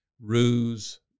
ruse